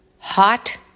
hot